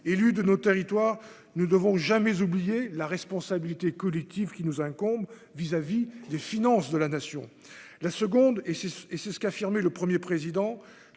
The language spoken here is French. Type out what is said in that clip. élus de nos territoires, nous devons jamais oublier la responsabilité collective qui nous incombe vis-à-vis des finances de la nation, la seconde et c'est, et c'est ce qu'a affirmé le 1er président